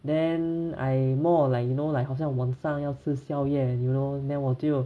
then I more of like you know like 好像晚上要吃宵夜 you know then 我就